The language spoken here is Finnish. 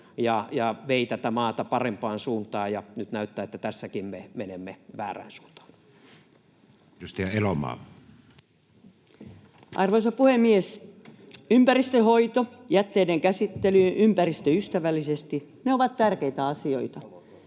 ja vei tätä maata parempaan suuntaan, ja nyt näyttää, että tässäkin me menemme väärään suuntaan. Edustaja Elomaa. Arvoisa puhemies! Ympäristönhoito ja jätteiden käsittely ympäristöystävällisesti ovat tärkeitä asioita.